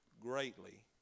greatly